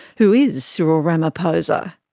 who is cyril ramaphosa?